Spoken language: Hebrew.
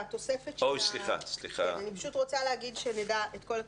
אני רוצה להגיד, שנדע את כל התוספות.